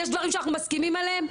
יש דברים שאנחנו מסכימים עליהם,